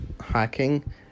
hiking